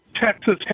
Texas